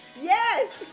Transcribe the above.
Yes